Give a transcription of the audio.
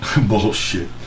Bullshit